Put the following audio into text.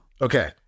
Okay